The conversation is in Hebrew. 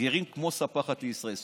גרים כמו ספחת לישראל.